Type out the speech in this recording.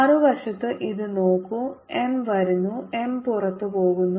മറുവശത്ത് ഇത് നോക്കൂ M വരുന്നു M പുറത്തു പോകുന്നു